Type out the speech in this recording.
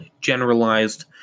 generalized